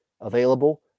available